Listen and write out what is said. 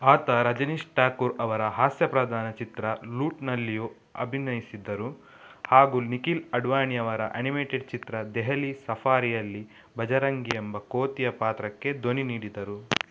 ಆತ ರಜನೀಶ್ ಟಾಕೂರ್ ಅವರ ಹಾಸ್ಯಪ್ರಧಾನ ಚಿತ್ರ ಲೂಟ್ನಲ್ಲಿಯೂ ಅಭಿನಯಿಸಿದರು ಹಾಗು ನಿಕಿಲ್ ಅಡ್ವಾಣಿಯವರ ಆನಿಮೇಟೆಡ್ ಚಿತ್ರ ದೆಹಲಿ ಸಫಾರಿಯಲ್ಲಿ ಭಜರಂಗಿ ಎಂಬ ಕೋತಿಯ ಪಾತ್ರಕ್ಕೆ ಧ್ವನಿ ನೀಡಿದರು